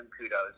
kudos